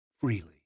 freely